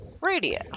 Radio